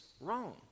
wrong